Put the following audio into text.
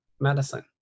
medicine